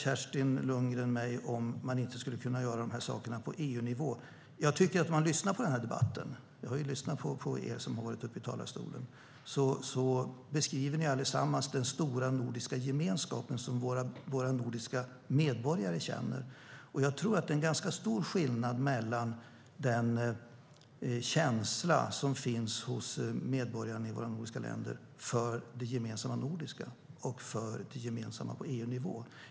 Kerstin Lundgren frågar mig om man inte skulle kunna göra de här sakerna på EU-nivå. Jag har lyssnat på er som har varit uppe i debatten. Ni beskriver allesammans den stora nordiska gemenskap som våra nordiska medborgare känner. Jag tror att det är en ganska stor skillnad mellan den känsla som finns hos medborgarna i våra nordiska länder för det gemensamma nordiska och den känsla som finns för det gemensamma på EU-nivå.